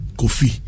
kofi